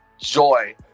joy